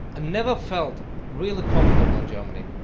i never felt really comfortable in germany.